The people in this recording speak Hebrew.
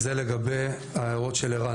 זה לגבי ההערות של ערן.